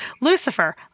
Lucifer